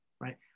right